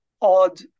odd